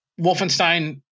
wolfenstein